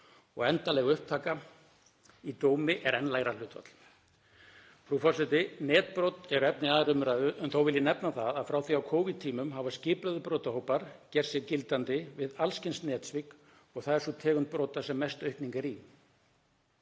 og endanleg upptaka í dómi er enn lægra hlutfall. Frú forseti. Netbrot eru efni í aðra umræðu en þó vil ég nefna það að frá því á Covid-tímum hafa skipulagðir brotahópar gert sig gildandi við alls kyns netsvik og það er sú tegund brota sem mest aukning er í.